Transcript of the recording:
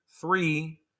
three